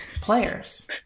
players